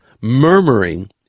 Murmuring